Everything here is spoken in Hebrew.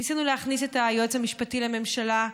ניסינו להכניס את היועץ המשפטי לממשלה,